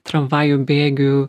tramvajų bėgių